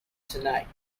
tonight